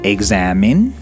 Examine